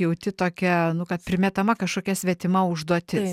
jauti tokią kad primetama kažkokia svetima užduotis